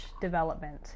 development